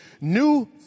new